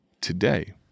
today